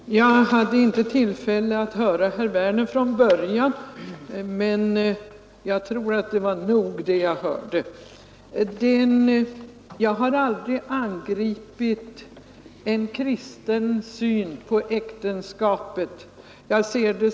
Fru talman! Jag hade inte tillfälle att höra herr Werner i Malmö från början, men jag tror att det var nog det jag hörde. Jag har aldrig angripit en kristen syn på äktenskapet.